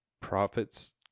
profits